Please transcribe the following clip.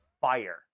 fire